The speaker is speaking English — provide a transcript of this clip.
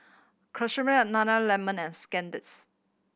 Nana Lemon and Sandisk